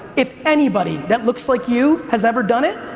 if anybody that looks like you has ever done it,